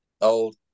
old